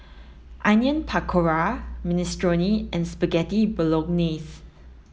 Onion Pakora Minestrone and Spaghetti Bolognese